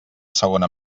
segona